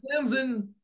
Clemson